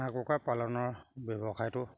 হাঁহ কুকুৰা পালনৰ ব্যৱসায়টো